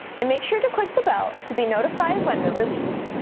and make sure to click the bell to be notified when they're released.